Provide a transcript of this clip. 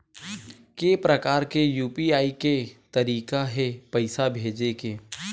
के प्रकार के यू.पी.आई के तरीका हे पईसा भेजे के?